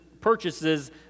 purchases